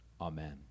amen